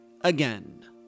again